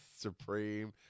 supreme